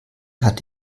hatte